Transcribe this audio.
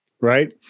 right